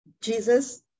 Jesus